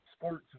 Sports